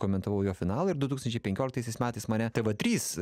komentavau jo finalą ir du tūkstančiai penkioliktaisiais metais mane tv trys